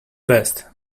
best